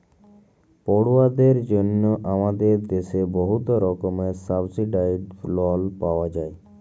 পড়ুয়াদের জ্যনহে আমাদের দ্যাশে বহুত রকমের সাবসিডাইস্ড লল পাউয়া যায়